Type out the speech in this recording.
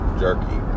jerky